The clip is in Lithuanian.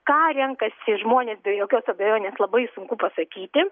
ką renkasi žmonės be jokios abejonės labai sunku pasakyti